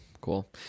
cool